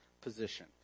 position